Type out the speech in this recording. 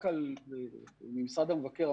במשרד המבקר,